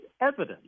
evidence